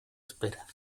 espera